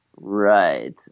Right